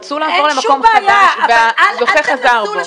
רצו לעבור למקום חדש והזוכה חזר בו.